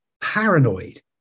paranoid